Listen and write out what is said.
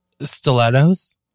stilettos